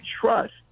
trust